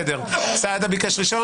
סעדה ביקש ראשון.